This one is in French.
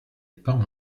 pas